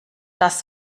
das